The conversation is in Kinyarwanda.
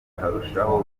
bakarushaho